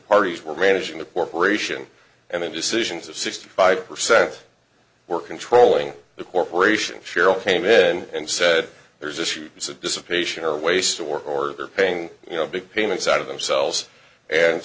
parties were managing the corporation and then decisions of sixty five percent were controlling the corporation cheryl came in and said there's issues of dissipating or waste or they're paying you know big payments out of themselves and